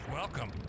Welcome